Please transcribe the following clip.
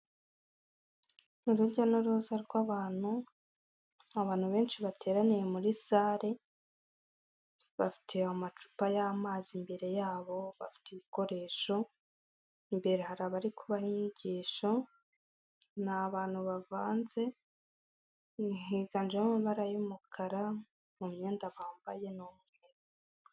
Urujya n'uruza rw'abantu, abantu benshi bateraniye muri sare, bafite amacupa y'amazi, imbere yabo bafite ibikoresho imbere hari abari kubaha inyigisho, ni abantu bavanze higanjemo amabara y'umukara, mu myenda bambaye n'umweru.